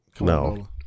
No